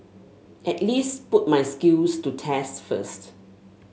at least put my skills to test first